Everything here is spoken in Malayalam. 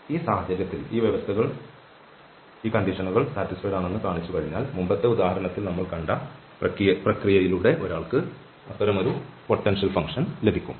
ഈ സാഹചര്യത്തിൽ ഈ വ്യവസ്ഥകൾ തൃപ്തികരമാണെന്ന് കാണിച്ചു കഴിഞ്ഞാൽ മുമ്പത്തെ ഉദാഹരണത്തിൽ നമ്മൾ കണ്ട പ്രക്രിയയിലൂടെ ഒരാൾക്ക് അത്തരമൊരു പൊട്ടൻഷ്യൽ ഫങ്ക്ഷൻ ലഭിക്കും